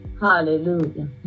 Hallelujah